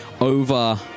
over